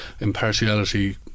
impartiality